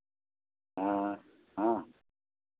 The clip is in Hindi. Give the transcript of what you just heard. हाँ हाँ